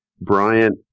Bryant